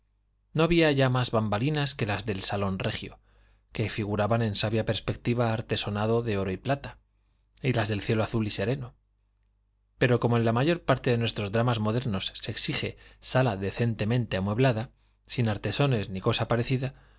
no había ya más bambalinas que las del salón regio que figuraban en sabia perspectiva artesonado de oro y plata y las de cielo azul y sereno pero como en la mayor parte de nuestros dramas modernos se exige sala decentemente amueblada sin artesones ni cosa parecida